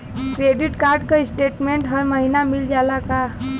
Credit card क statement हर महिना मिल जाला का?